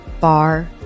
bar